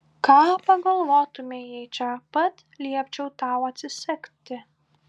ką pagalvotumei jei čia pat liepčiau tau atsisegti